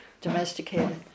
domesticated